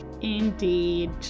Indeed